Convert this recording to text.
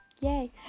Yay